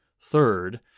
Third